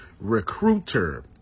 recruiter